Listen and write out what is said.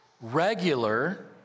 Regular